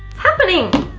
happening?